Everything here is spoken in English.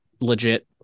legit